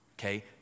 okay